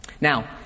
now